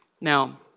Now